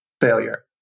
failure